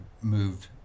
moved